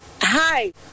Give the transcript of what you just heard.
Hi